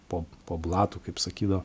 po po blatu kaip sakydavo